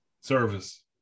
Service